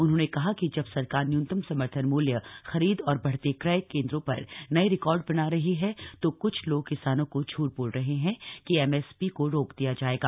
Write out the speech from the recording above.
उन्होंने कहा कि जब सरकार न्यूनतम समर्थन मूल्य खरीद और बढ़ते क्रय केंद्रों पर नए रिकॉर्ड बना रही है तो क्छ लोग किसानों को झूठ बोल रहे हैं कि एमएसपी को रोक दिया जाएगा